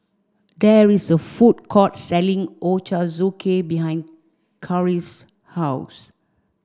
there is a food court selling Ochazuke behind Karri's house